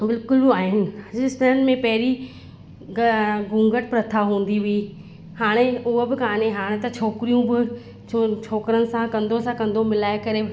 बिल्कुलु उहे आहिनि राजस्थान में पहिरीं ग घूंघट प्रथा हूंदी हुई हाणे उहा बि कोन्हे हाणे त छोकिरियूं बि छोकिरनि सां कंधो सां कंधो मिलाए करे